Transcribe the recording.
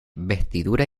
vestidura